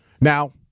Now